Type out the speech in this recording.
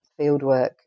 fieldwork